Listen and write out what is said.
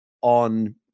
on